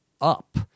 up